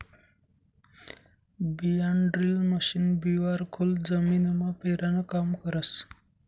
बियाणंड्रील मशीन बिवारं खोल जमीनमा पेरानं काम करस